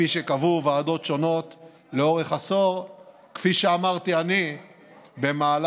כפי שקבעו ועדות שונות לאורך עשור וכפי שאמרתי אני במהלך